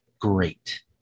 great